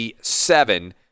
seven